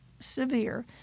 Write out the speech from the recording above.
severe